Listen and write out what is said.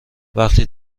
وقتی